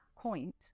point